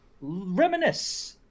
reminisce